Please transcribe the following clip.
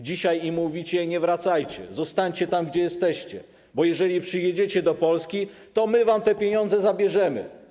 Dzisiaj im mówicie: nie wracajcie, zostańcie tam, gdzie jesteście, bo jeżeli przyjedziecie do Polski, to my wam te pieniądze zabierzemy.